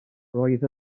roedd